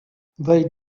they